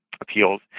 appeals